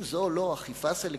אם זאת לא אכיפה סלקטיבית,